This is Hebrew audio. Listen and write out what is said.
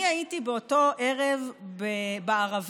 אני הייתי באותו ערב בערבה.